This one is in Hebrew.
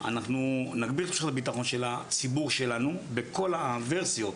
אנחנו נגביר את תחושת הבטחון של הציבור שלנו בכל הוורסיות.